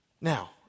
Now